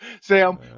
Sam